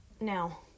Now